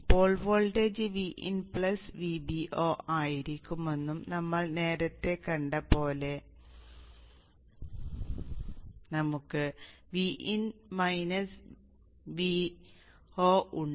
Paul voltage Vin Vbo ആയിരിക്കുമെന്നും നമ്മൾ നേരത്തെ കണ്ടതുപോലെ നമുക്ക് Vin Vo ഉണ്ട്